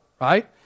right